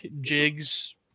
jigs